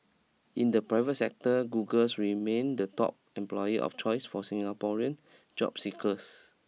in the private sector Google remained the top employer of choice for Singaporean job seekers